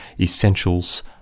Essentials